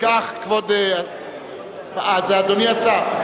אדוני השר,